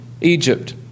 Egypt